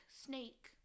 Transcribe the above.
snake